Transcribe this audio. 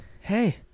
hey